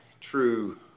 true